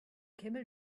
camel